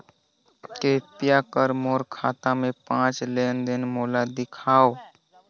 कृपया कर मोर खाता के पांच लेन देन मोला दिखावव